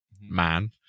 man